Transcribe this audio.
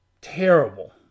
terrible